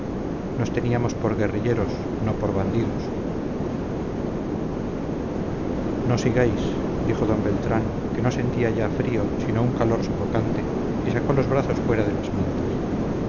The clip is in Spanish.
nos teníamos por guerrilleros no por bandidos no sigáis dijo d beltrán que no sentía ya frío sino un calor sofocante y sacó los brazos fuera de las mantas